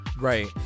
right